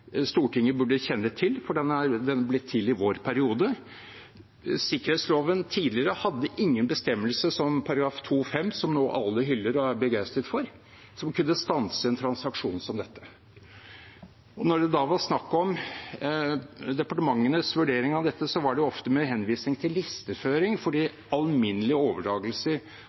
Stortinget burde kjenne til, for den ble til i vår periode. Sikkerhetsloven, tidligere, hadde ingen bestemmelse som § 2-5, som alle nå hyller og er begeistret for, som kunne stanse en transaksjon som denne. Når det da var snakk om departementenes vurdering av dette, var det ofte med henvisning til listeføring for de alminnelige overdragelser